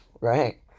Right